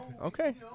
okay